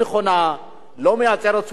לא מייצרת סולידריות חברתית,